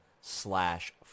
slash